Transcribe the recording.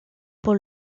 pour